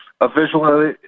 officially